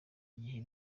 gihe